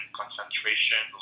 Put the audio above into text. concentration